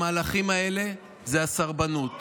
המהלכים האלה הם הסרבנות.